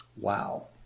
Wow